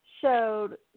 showed